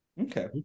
Okay